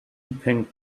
pink